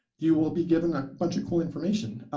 you will be given a bunch of cool information.